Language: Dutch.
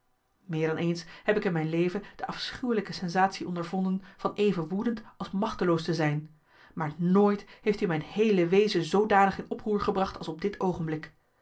meer dan eens heb ik in mijn leven de afschuwelijke sensatie ondervonden van even woedend als machteloos te zijn maar nooit heeft i mijn heele wezen zoodanig in oproer gebracht als op dit oogenblik